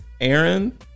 Aaron